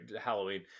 halloween